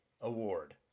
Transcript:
award